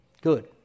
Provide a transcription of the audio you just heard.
good